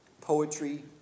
poetry